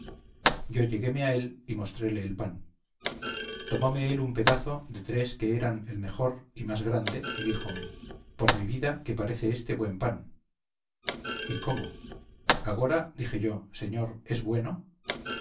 yo lleguéme a él y mostréle el pan tomóme él un pedazo de tres que eran el mejor y más grande y díjome por mi vida que parece éste buen pan y cómo agora dije yo señor es bueno